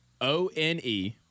O-N-E